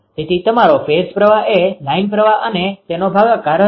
તેથી તમારો ફેઝ પ્રવાહ એ લાઇન પ્રવાહ અને નો ભાગાકાર હશે